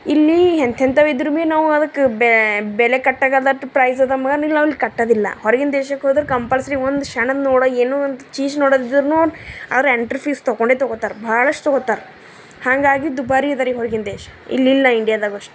ಇಲ್ಲಿ ಎಂಥ ಎಂಥವು ಇದ್ದರೂ ಭೀ ನಾವು ಅದಕ್ಕೆ ಬೆಲೆ ಕಟ್ಟಲಾರ್ದಷ್ಟ್ ಪ್ರೈಝ್ ಅದ ನಮ್ಮಲ್ಲಿ ಇಲ್ಲಂದ್ರೆ ಕಟ್ಟೋದಿಲ್ಲ ಹೊರಗಿನ ದೇಶಕ್ಕೆ ಹೋದ್ರೆ ಕಂಪಲ್ಸರಿ ಒಂದು ಕ್ಷಣ ನೋಡಿ ಏನೋಂದು ಛೀಝ್ ನೋಡೊದಿದ್ದರೂ ಅವರು ಎಂಟ್ರಿ ಫೀಸ್ ತಗೊಂಡೆ ತಗೋತಾರೆ ಭಾಳಷ್ಟು ತೊಗೋತ್ತಾರೆ ಹಾಗಾಗಿ ದುಬಾರಿ ಇದ ರೀ ಹೊರ್ಗಿನ ದೇಶ ಇಲ್ಲಿಲ್ಲ ಇಂಡಿಯದಾಗಷ್ಟು